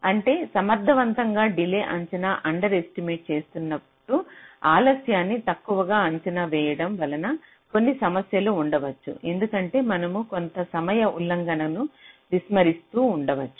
అంటే సమర్థవంతంగా డిలే అంచన అండర్ ఎస్టిమేట్ చేస్తున్నట్టు ఆలస్యాన్ని తక్కువ అంచనా వేయడం వలన కొన్ని సమస్య లు ఉండ వచ్చు ఎందుకంటే మనము కొంత సమయ ఉల్లంఘన ను విస్మరిస్తూ ఉండ వచ్చు